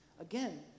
Again